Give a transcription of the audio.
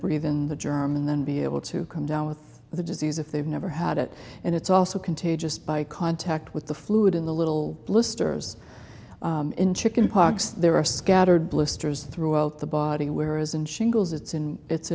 breathe in the german then be able to come down with the disease if they've never had it and it's also contagious by contact with the fluid in the little blisters in chicken pox there are scattered blisters throughout the body whereas in shingles it's in it's